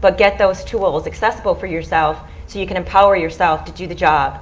but get those tools assessable for yourself so you can empower yourself to do the job